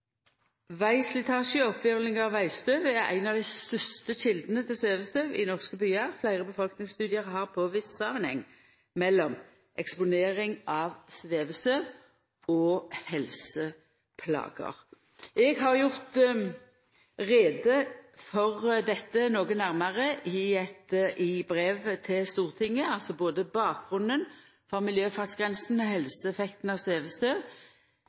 Vegslitasje og oppkvervling av vegstøv er ei av dei største kjeldene til svevestøv i norske byar. Fleire befolkningsstudiar har påvist samanheng mellom eksponering av svevestøv og helseplager. Eg har gjort greie for dette noko nærmare i brev til Stortinget, både bakgrunnen for